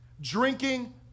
drinking